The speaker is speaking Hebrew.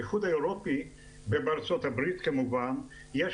באיחוד האירופי ובארצות הברית כמובן יש